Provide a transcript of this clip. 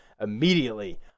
immediately